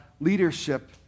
leadership